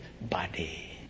body